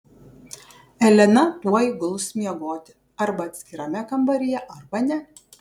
elena tuoj guls miegoti arba atskirame kambaryje arba ne